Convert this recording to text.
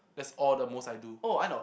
that's all the most I do